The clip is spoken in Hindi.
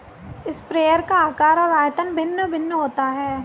स्प्रेयर का आकार और आयतन भिन्न भिन्न होता है